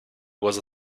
was